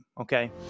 Okay